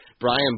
Brian